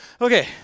Okay